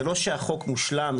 זה לא שהחוק מושלם,